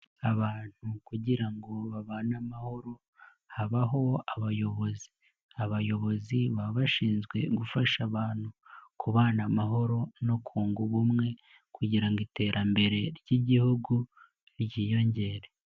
Abantu kugira ngo babane amahoro, habaho abayobozi. Abayobozi baba bashinzwe gufasha abantu, kubana amahoro no kunga ubumwe, kugira ngo iterambere ry'igihugu ryiyongere.